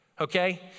Okay